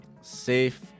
safe